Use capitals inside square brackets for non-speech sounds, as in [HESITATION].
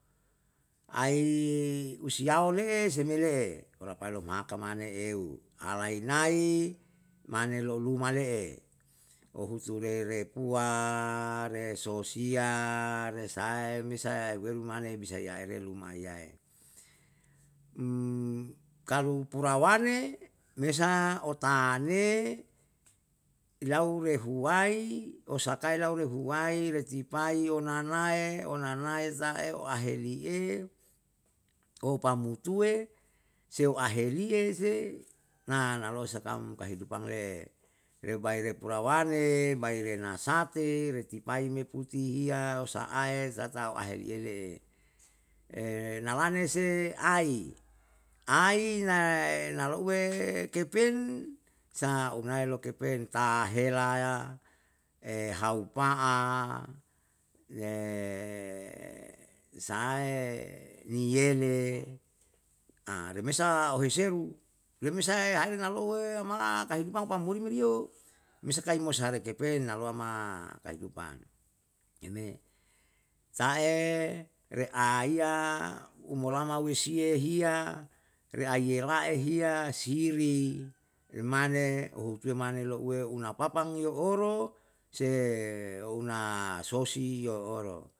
Ai usiyao le'e se me le'e, olapailo maka mane eualainai mane loluma le'e, ohutu re repua, re sosia, re sahae me sae heuwelu mane bisae yaere lumaiyae, [HESITATION] kalu purawane, me sa otaane ilau rehuwai osakae lau rehuwai retipai yo nanae, onanae tae aheri eu, opamutuwe, seuaheriye se na nalo sa tam kahidupan le leubai re pulawane, bai ne rasate, retipai me puti hiya, sa'ae tatau aheri ere, [HESITATION] nalane se ai, ai na louwe. kepen sa unae lo kepen ta hela ya, [HESITATION] hau pa'a [HESITATION] sahae niyele, [HESITATION] remesa ohiseru, remesae hale nalo'oe ama tahimpa pamuri re meri yo, mo sakai mori sai kepen nalo ama kahidupan, ye me. Ta'e reaiya umolama wesiye hiya, reaiyelahe hiya, siri mane uhutuwe mane lo'uwe'u una papang yo oro, seuna sosi yo oro